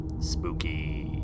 Spooky